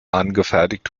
angefertigt